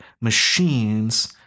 machines